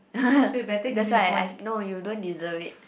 that's why I I no you don't deserve it